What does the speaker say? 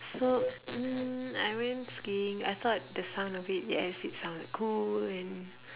so mm I went skiing I thought the sound of it yes it actually sounded cool and